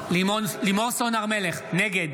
מלך, נגד